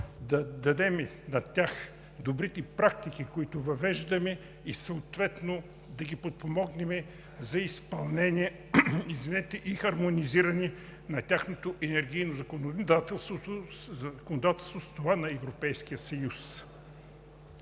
да им дадем добрите практики, които въвеждаме, и съответно да ги подпомогнем за изпълнение и хармонизиране на тяхното енергийно законодателство с това на Европейския съюз.